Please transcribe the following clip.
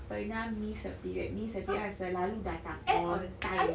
pernah miss her period means her period ah selalu datang all time